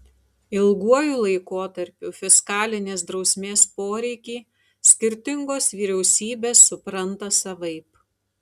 ilguoju laikotarpiu fiskalinės drausmės poreikį skirtingos vyriausybės supranta savaip